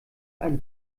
einen